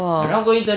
!wow!